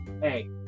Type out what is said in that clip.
hey